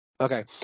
Okay